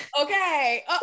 Okay